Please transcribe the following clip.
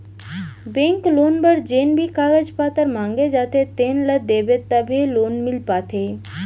bank loan बर जेन भी कागज पातर मांगे जाथे तेन ल देबे तभे लोन मिल पाथे